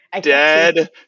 dad